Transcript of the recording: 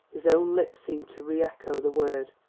his own lips seemed to re-echo the word.